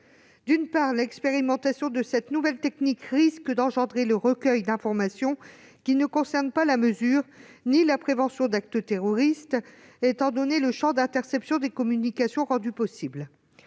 D'une part, l'expérimentation de cette nouvelle technique risque de conduire au recueil d'informations qui ne concernent ni la mesure ni la prévention d'actes terroristes, compte tenu du champ d'interception des communications rendu possible.